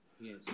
Yes